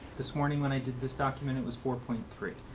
this morning, when i did this document, it was four point three.